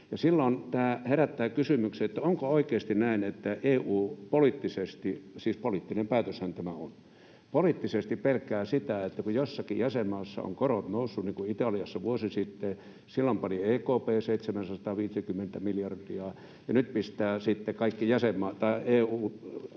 Silloin tämä herättää kysymyksen, onko oikeasti näin, että EU poliittisesti — siis poliittinen päätöshän tämä on — pelkää sitä, että kun jossakin jäsenmaassa ovat korot nousseet niin kuin Italiassa vuosi sitten — silloin pani EKP 750 miljardia, ja nyt EU yhteisesti